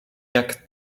jak